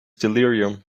delirium